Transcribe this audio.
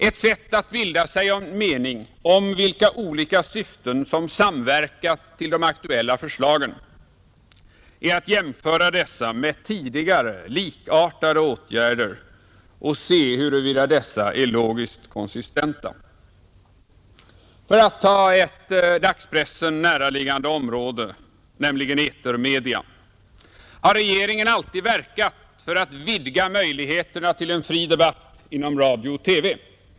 Ett sätt att bilda sig en mening om vilka olika syften som samverkat till de aktuella förslagen är att jämföra dessa med tidigare, likartade åtgärder och se huruvida dessa är logiskt konsistenta. För att ta ett dagspressen näraliggande område, nämligen etermedia: Har regeringen alltid verkat för att vidga möjligheterna till en fri debatt inom radio och TV?